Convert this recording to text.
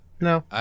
No